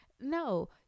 No